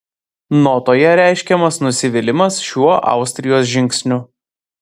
notoje reiškiamas nusivylimas šiuo austrijos žingsniu